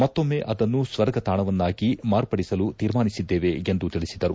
ಮತ್ತೊಮ್ಮೆ ಅದನ್ನು ಸ್ವರ್ಗ ತಾಣವನ್ನಾಗಿ ಮಾರ್ಪಡಿಸಲು ತೀರ್ಮಾನಿಸಿದ್ದೇವೆ ಎಂದು ತಿಳಿಸಿದರು